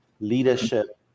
leadership